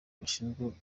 bashinzwe